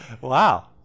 Wow